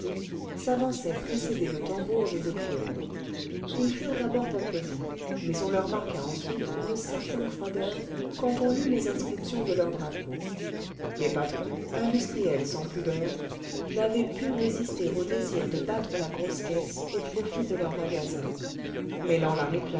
s'avançaient précédés de tambours et de clairons ils furent d'abord applaudis mais on leur marqua ensuite une certaine froideur quand on lut les inscriptions de leurs drapeaux les patrons industriels sans pudeur n'avaient pu résister au désir de battre la grosse caisse au profit de leurs magasins